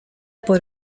por